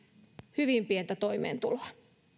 hyvin pientä toimeentuloa